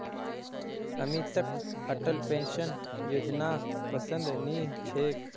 अमितक अटल पेंशन योजनापसंद नी छेक